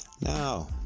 now